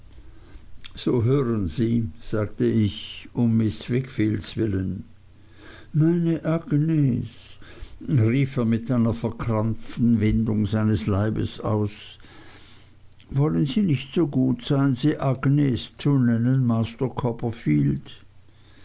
so hören sie sagte ich um miß wickfields willen meine agnes rief er mit einer verkrampften windung seines leibes aus wollen sie nicht so gut sein sie agnes zu nennen